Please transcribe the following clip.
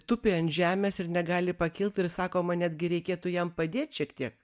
tupi ant žemės ir negali pakilt ir sakoma netgi reikėtų jam padėt šiek tiek